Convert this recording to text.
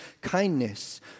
kindness